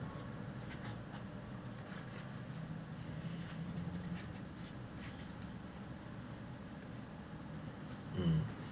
um